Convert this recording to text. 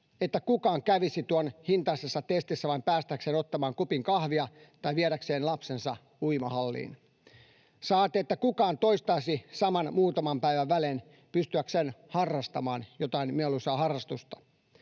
että kukaan kävisi tuon hintaisessa testissä vain päästäkseen ottamaan kupin kahvia tai viedäkseen lapsensa uimahalliin, saati että kukaan toistaisi saman muutaman päivän välein pystyäkseen harrastamaan jotain mieluisaa harrastusta.